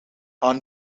aan